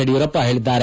ಯಡಿಯೂರಪ್ಪ ಹೇಳಿದ್ದಾರೆ